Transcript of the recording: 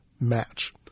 match